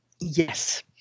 Yes